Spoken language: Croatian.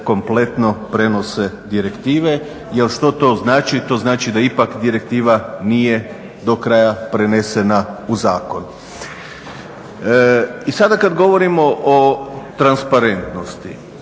kompletno prenose direktive. Jer što to znači? To znači da ipak direktiva nije do kraja prenesena u zakon. I sada kada govorimo o transparentnosti